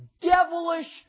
devilish